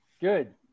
Good